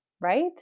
right